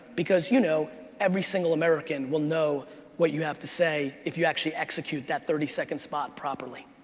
because you know every single american will know what you have to say if you actually execute that thirty second spot properly.